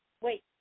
wait